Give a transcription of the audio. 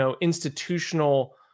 institutional